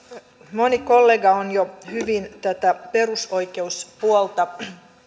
moni kollega on jo hyvin tätä perusoikeuspuolta